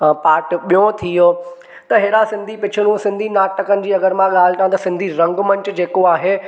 part ॿियो थी वियो त अहिरा सिंधी पिचरूं सिंधी नाटक जी मा ॻाल्हि कयां सिंधी रंगमंच जेको आहे